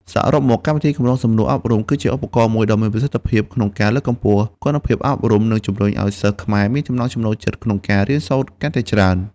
សរុបមក កម្មវិធីកម្រងសំណួរអប់រំគឺជាឧបករណ៍មួយដ៏មានប្រសិទ្ធភាពក្នុងការលើកកម្ពស់គុណភាពអប់រំ និងជំរុញឲ្យសិស្សខ្មែរមានចំណង់ចំណូលចិត្តក្នុងការរៀនសូត្រកាន់តែច្រើន។